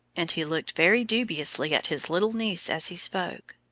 and he looked very dubiously at his little niece as he spoke.